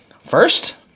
first